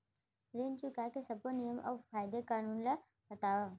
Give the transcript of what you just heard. ऋण चुकाए के सब्बो नियम अऊ कायदे कानून ला बतावव